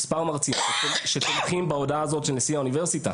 מספר מרצים שתומכים בהודעה הזאת של נשיא האוניברסיטה.